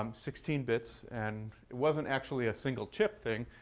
um sixteen bits. and it wasn't actually a single chip thing,